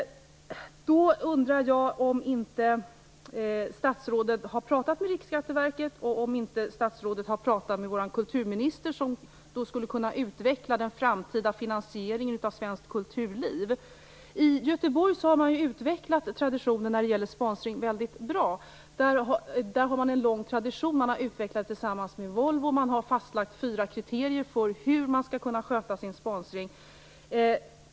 Jag undrar om statsrådet har pratat med Riksskatteverket och med vår kulturminister som skulle kunna utveckla den framtida finansieringen av svenskt kulturliv. I Göteborg har man utvecklat traditionen när det gäller sponsring väldigt bra. Man har en lång tradition som man utvecklat tillsammans med Volvo. Man har fastlagda kriterier för hur man skall sköta sin sponsring.